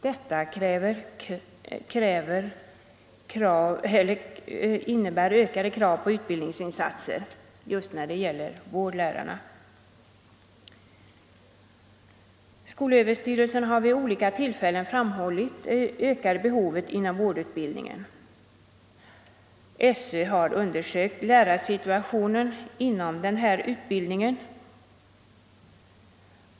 Detta leder till ökade krav på utbild ningsinsatser när det gäller vårdlärarna. Skolöverstyrelsen har vid olika tillfällen framhållit det ökade behovet av vårdutbildning, och man har undersökt lärarsituationen på detta område.